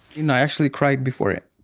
you know, i actually cried before it.